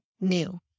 new